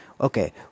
okay